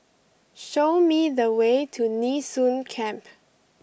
show me the way to Nee Soon Camp